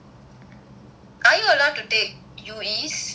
are you allowed to take us